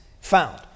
found